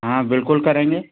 हाँ बिल्कुल करेंगे